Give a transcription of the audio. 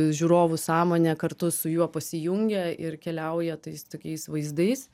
žiūrovų sąmonė kartu su juo pasijungia ir keliauja tais tokiais vaizdais